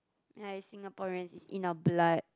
yeah it's Singaporean it's in our blood